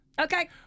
Okay